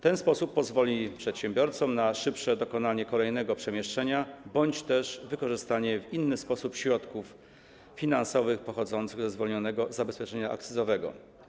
Ten sposób pozwoli przedsiębiorcom na szybsze dokonanie kolejnego przemieszczenia bądź też wykorzystanie w inny sposób środków finansowych pochodzących ze zwolnionego zabezpieczenia akcyzowego.